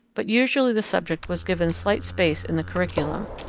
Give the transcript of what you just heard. but usually the subject was given slight space in the curriculum,